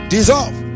Dissolve